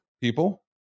people